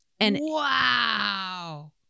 Wow